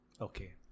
Okay